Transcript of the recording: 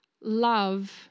love